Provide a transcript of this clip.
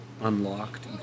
unlocked